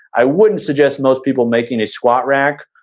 i wouldn't suggest most people making a squat rack,